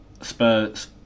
Spurs